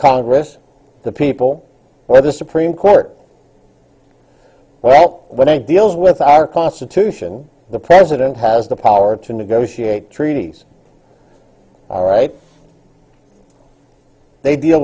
congress the people or the supreme court well when i deals with our constitution the president has the power to negotiate treaties all right they deal